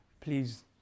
please